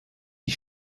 die